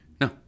No